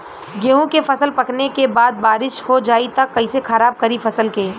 गेहूँ के फसल पकने के बाद बारिश हो जाई त कइसे खराब करी फसल के?